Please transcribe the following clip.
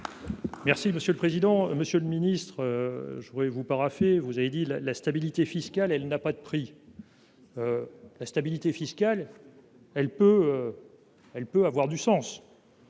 Merci monsieur le président, Monsieur le Ministre, je voudrais vous paraphé, vous avez dit la la stabilité fiscale, elle n'a pas de prix, la stabilité fiscale, elle peut, elle peut avoir du sens.